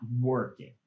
working